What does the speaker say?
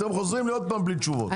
אתם חוזרים עוד פעם בלי תשובות.